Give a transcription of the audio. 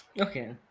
Okay